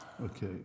Okay